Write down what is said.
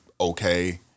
okay